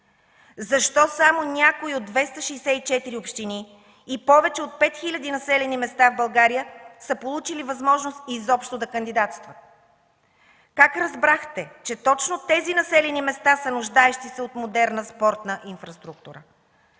Защо само някои от 264 те общини и повече от пет хилядите населени места в България са получили възможност изобщо да кандидатстват? Как разбрахте, че точно тези населени места са нуждаещи се от модерна спортна инфраструктура?